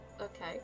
Okay